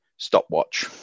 stopwatch